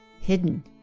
hidden